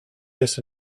this